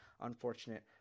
unfortunate